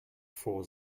for